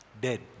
dead